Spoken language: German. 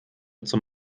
zum